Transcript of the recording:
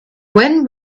when